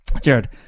jared